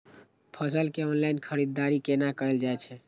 फसल के ऑनलाइन खरीददारी केना कायल जाय छै?